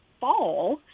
fall